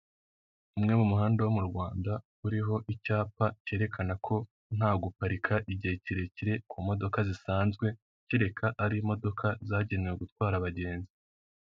Umwe mu muhanda wo mu Rwanda uriho icyapa cyerekana ko nta guparika igihe kirekire ku modoka zisanzwe, kereka ari imodoka zagenewe gutwara abagenzi.